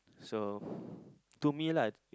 so to me lah